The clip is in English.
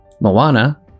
Moana